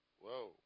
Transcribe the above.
Whoa